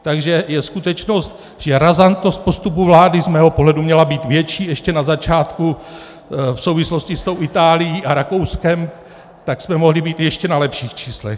Takže je skutečnost, že razantnost postupu vlády z mého pohledu měla být ještě větší na začátku v souvislosti s tou Itálií a Rakouskem, tak jsme mohli být ještě na lepších číslech.